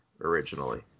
originally